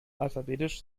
alphabetisch